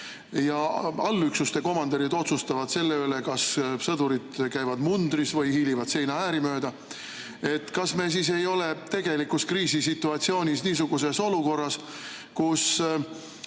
ja allüksuste komandörid otsustavad selle üle, kas sõdurid käivad mundris või hiilivad seinaääri mööda, kas me siis ei ole tegelikus kriisisituatsioonis niisuguses olukorras, kus